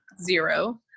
zero